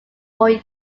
four